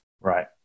Right